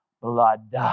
Blood